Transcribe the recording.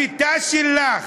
השיטה שלך,